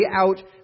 out